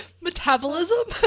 Metabolism